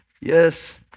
Yes